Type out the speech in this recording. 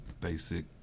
basic